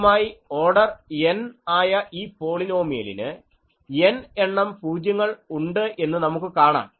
ആദ്യമായി order n ആയ ഈ പോളിനോമിയലിന് n എണ്ണം പൂജ്യങ്ങൾ ഉണ്ട് എന്ന് നമുക്ക് കാണാം